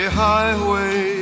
highway